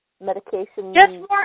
medication